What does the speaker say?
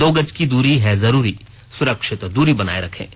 दो गज की दूरी है जरूरी सुरक्षित दूरी बनाए रखें